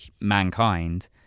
mankind